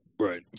Right